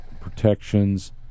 protections